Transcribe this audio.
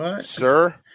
sir